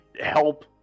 help